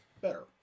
better